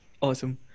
Awesome